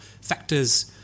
factors